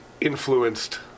influenced